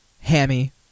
Hammy